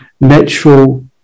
natural